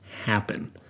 happen